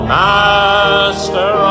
master